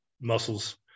muscles